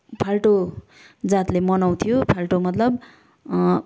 फाल्टो जातले मनाउँथ्यो फाल्टो मतलब